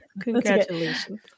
congratulations